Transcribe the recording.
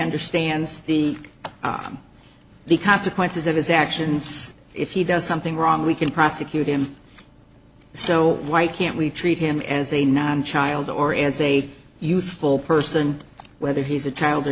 understands the i'm the consequences of his actions if he does something wrong we can prosecute him so why can't we treat him as a nine child or as a useful person whether he's a child or